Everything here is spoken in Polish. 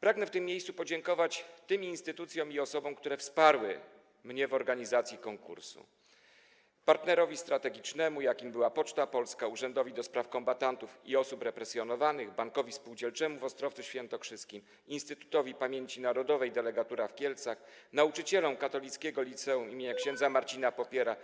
Pragnę w tym miejscu podziękować tym instytucjom i osobom, które wsparły mnie w organizacji konkursu - partnerowi strategicznemu, jakim była Poczta Polska, Urzędowi do Spraw Kombatantów i Osób Represjonowanych, Bankowi Spółdzielczemu w Ostrowcu Świętokrzyskim, Instytutowi Pamięci Narodowej Delegatura w Kielcach, nauczycielom Katolickiego Liceum im. ks. Marcina Popiela,